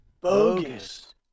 Bogus